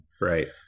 right